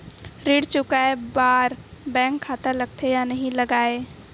ऋण चुकाए बार बैंक खाता लगथे या नहीं लगाए?